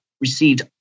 received